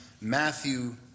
Matthew